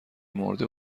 مرده